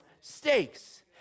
stakes